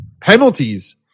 Penalties